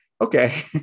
Okay